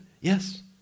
yes